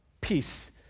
peace